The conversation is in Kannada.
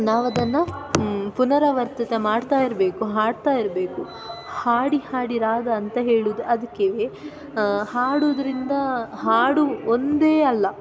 ನಾವದನ್ನು ಪುನರಾವರ್ತಿತ ಮಾಡ್ತಾಯಿರಬೇಕು ಹಾಡ್ತಾಯಿರಬೇಕು ಹಾಡಿ ಹಾಡಿ ರಾಗ ಅಂತ ಹೇಳೋದು ಅದಕ್ಕೆ ಹಾಡೋದ್ರಿಂದ ಹಾಡು ಒಂದೇ ಅಲ್ಲ